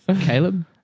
Caleb